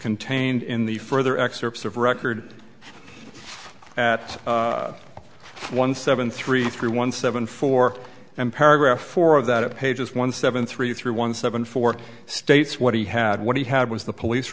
contained in the further excerpts of record at one seven three three one seven four and paragraph four of that at pages one seven three three one seven four states what he had what he had was the police